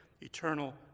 eternal